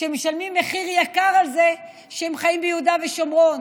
שמשלמים מחיר יקר על זה שהם חיים ביהודה ושומרון,